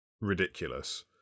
ridiculous